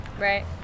Right